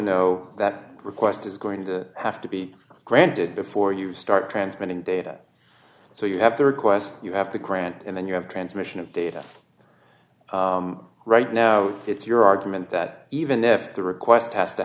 know that request is going to have to be granted before you start transmitting data so you have the requests you have to grant and then you have transmission of data right now it's your argument that even if the request has to